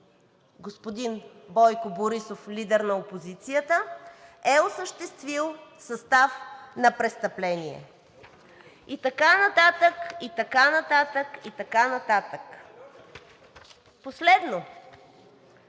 господин Бойко Борисов – лидер на опозицията, е осъществил състав на престъпление.“ И така нататък, и така нататък, и така нататък. И последно: